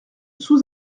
sous